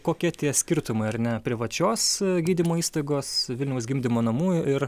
kokie tie skirtumai ar ne privačios gydymo įstaigos vilniaus gimdymo namų ir